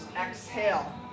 exhale